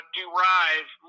derive